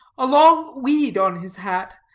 a long weed on his hat,